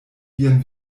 vian